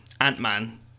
Ant-Man